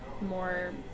more